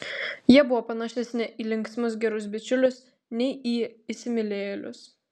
jie buvo panašesni į linksmus gerus bičiulius nei į įsimylėjėlius